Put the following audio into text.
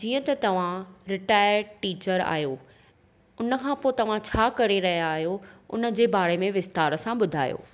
जीअं त तव्हां रिटायर टीचर आहियो उन खां पोइ तव्हां छा करे रहिया आहियो उन जे बारे में विस्तार सां ॿुधायो